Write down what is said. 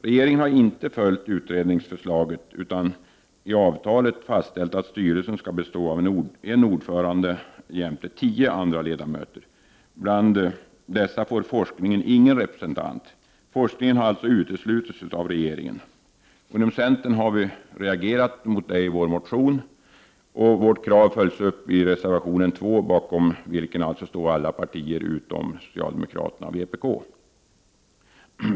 Regeringen har inte följt utredningsförslaget utan i avtalet fastställt att styrelsen skall bestå av en ordförande jämte tio andra ledamöter. Bland dessa får forskningen ingen representant. Forskningen har alltså uteslutits av regeringen. Inom centern har vi reagerat mot detta i vår motion. Vårt krav följs upp i reservation nr 2, bakom vilken står alla partier utom socialdemokraterna och vpk.